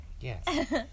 Yes